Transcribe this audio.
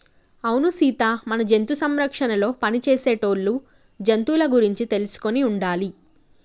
అవును సీత మన జంతు సంరక్షణలో పని చేసేటోళ్ళు జంతువుల గురించి తెలుసుకొని ఉండాలి